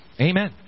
Amen